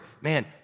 Man